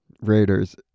Raiders